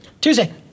Tuesday